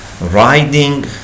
riding